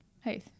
Hey